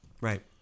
Right